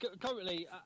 currently